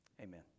Amen